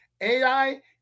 AI